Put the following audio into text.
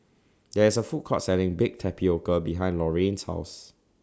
There IS A Food Court Selling Baked Tapioca behind Lorrayne's House